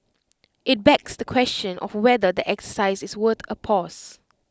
IT begs the question of whether the exercise is worth A pause